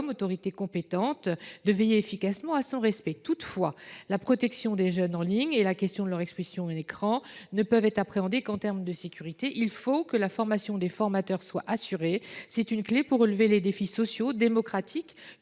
autorité compétente, de veiller efficacement à son respect. Toutefois, la protection des jeunes en ligne et la question de leur exposition aux écrans ne peuvent être appréhendées qu’au prisme de la sécurité. La formation des formateurs est également une clé pour relever les défis sociaux et démocratiques